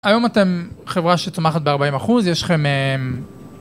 היום אתם חברה שצומחת ב-40 אחוז, יש לכם...